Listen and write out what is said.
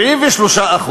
73%,